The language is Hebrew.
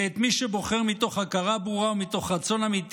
ואת מי שבוחר מתוך הכרה ברורה ומתוך רצון אמיתי